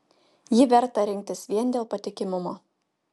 jį verta rinktis vien dėl patikimumo